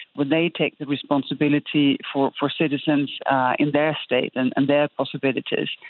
when they take the responsibility for for citizens in their state and and their possibilities.